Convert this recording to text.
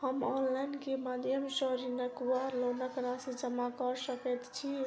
हम ऑनलाइन केँ माध्यम सँ ऋणक वा लोनक राशि जमा कऽ सकैत छी?